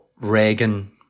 Reagan